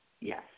yes